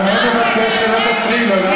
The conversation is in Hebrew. הנואם מבקש שלא תפריעי לו.